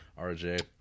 RJ